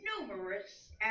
numerous